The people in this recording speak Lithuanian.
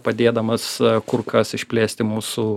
padėdamas kur kas išplėsti mūsų